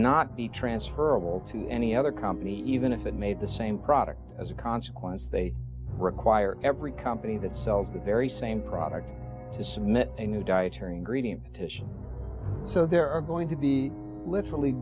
not be transferable to any other company even if it made the same product as a consequence they require every company that sells the very same product to submit a new dietary ingredient titian so there are going to be literally